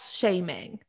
shaming